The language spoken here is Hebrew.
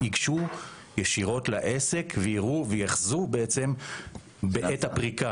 ייגשו ישירות לעסק ויראו ויחזו בעת הפריקה.